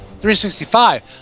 365